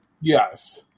Yes